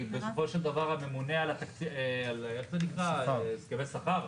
הממונה על הסכמי השכר,